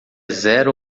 zero